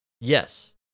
Yes